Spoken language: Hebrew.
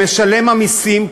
למשלם המסים,